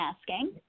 asking